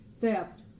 theft